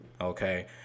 Okay